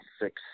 six